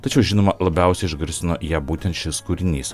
tačiau žinoma labiausiai išgarsino ją būtent šis kūrinys